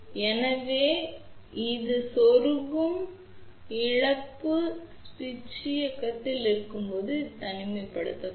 எனவே இது செருகும் இழப்பு சுவிட்ச் இயக்கத்தில் இருக்கும்போது இது தனிமைப்படுத்தப்படும்